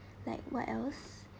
like what else